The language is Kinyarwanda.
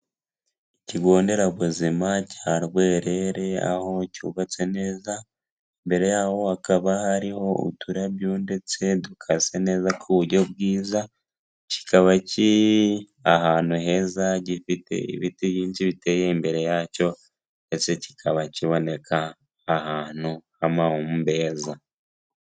Ikigonderabuzima cya Rwerere aho cyubatse neza, imbere yaho hakaba hariho uturebyo ndetse dukase neza ku buryo bwiza, kikaba kiri ahantu heza gifite ibiti byinshi biteye imbere yacyo ndetse kikaba kiboneka ahantu h'amahumbeza.